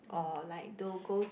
um